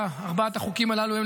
ארבעת החוקים הללו הם,